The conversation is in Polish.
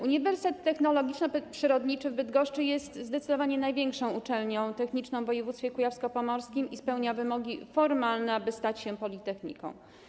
Uniwersytet Technologiczno-Przyrodniczy w Bydgoszczy jest zdecydowanie największą uczelnią techniczną w województwie kujawsko-pomorskim i spełnia wymogi formalne, aby stać się politechniką.